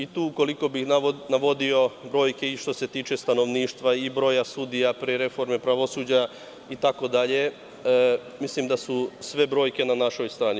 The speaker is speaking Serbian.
Ukoliko bih navodio brojke i što se tiče stanovništva i broja sudija pre reforme pravosuđa itd. mislim da su sve brojke na našoj strani.